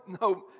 no